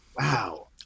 Wow